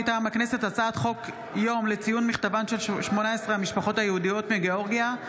מטעם הכנסת: הצעת חוק יום לציון מכתבן של 18 המשפחות היהודיות מגאורגיה,